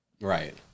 Right